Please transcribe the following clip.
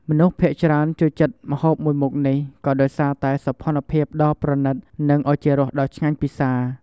មនុស្សភាគច្រើនចូលចិត្តម្ហូបមួយមុខនេះ ក៏ដោយសារតែសោភណ្ឌភាពដ៏ល្អប្រណីត និងឱជារសដ៏ឆ្ងាញ់ពិសារ។